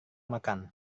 makan